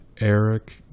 Eric